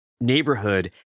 Neighborhood